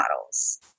models